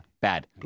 bad